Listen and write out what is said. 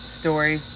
story